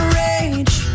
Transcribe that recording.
rage